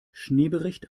schneebericht